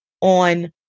on